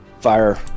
fire